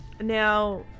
Now